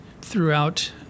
throughout